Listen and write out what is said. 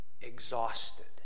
exhausted